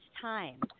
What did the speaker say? time